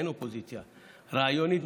אין אופוזיציה עניינית,